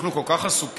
אנחנו כל כך עסוקים,